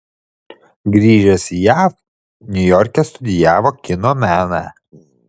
grįžęs į jav niujorke studijavo kino meną